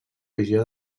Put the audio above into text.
visió